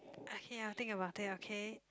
okay I'll think about it okay